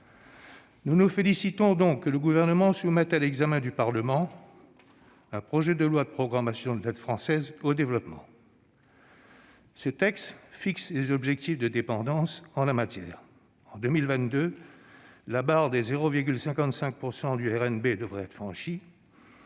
Nous nous félicitons donc de ce que le Gouvernement soumette à l'examen du Parlement un projet de loi de programmation de l'aide française au développement. Ce texte fixe les objectifs de dépense en la matière. En 2022, la barre des 0,55 % du RNB devrait être franchie.